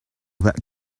that